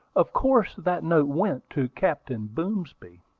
of course that note went to captain boomsby.